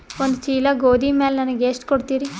ಒಂದ ಚೀಲ ಗೋಧಿ ಮ್ಯಾಲ ನನಗ ಎಷ್ಟ ಕೊಡತೀರಿ?